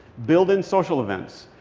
build in social events.